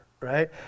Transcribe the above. right